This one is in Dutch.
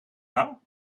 nou